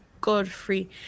godfrey